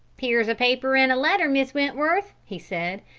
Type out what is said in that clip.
here's a paper and a letter, miss wentworth, he said.